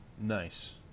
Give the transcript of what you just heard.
nice